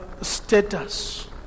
status